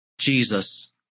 jesus